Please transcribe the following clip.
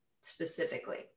specifically